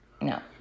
No